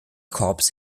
korps